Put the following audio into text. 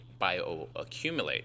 bioaccumulate